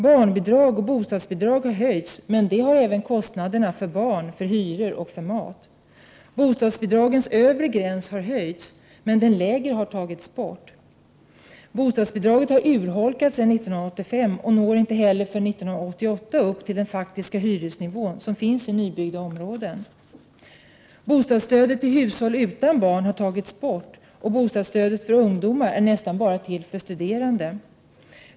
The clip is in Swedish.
Barnbidrag och bostadsbidrag har höjts, men även kostnaderna för barn, hyror och mat har ökat. Bostadsbidragens övre gräns har höjts, men den lägre gränsen har tagits bort. Vidare har bostadsbidraget urholkats sedan 1985. Inte heller 1988 motsvarar bostadsbidraget den faktiska hyresnivån i nybyggda områden. Bostadsstödet till hushåll utan barn har tagits bort, och bostadsstödet till ungdomar är i stort sett endast till för studerande.